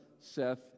Seth